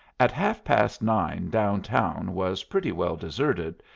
at half-past nine down-town was pretty well deserted,